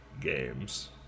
games